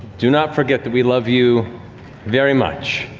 do not forget that we love you very much.